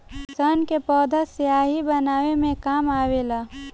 सन के पौधा स्याही बनावे के काम आवेला